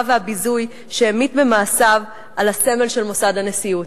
והביזוי שהמיט במעשיו על הסמל של מוסד הנשיאות".